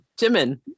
Jimin